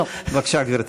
בבקשה, גברתי.